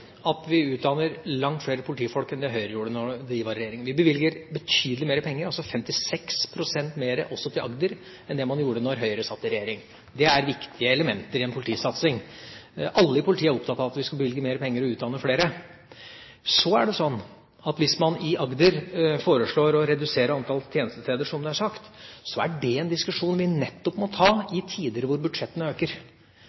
Høyre gjorde da de var i regjering. Vi bevilger betydelig mer penger, 56 pst. mer til Agder, enn det man gjorde da Høyre satt i regjering. Det er viktige elementer i en politisatsing. Alle i politiet er opptatt av at vi skal bevilge mer penger og utdanne flere. Så er det slik at hvis man i Agder foreslår å redusere antall tjenestesteder, som det er sagt, er det en diskusjon vi nettopp må ta i